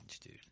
dude